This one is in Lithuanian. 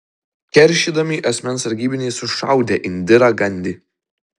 keršydami asmens sargybiniai sušaudė indirą gandi